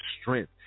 strength